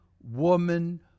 woman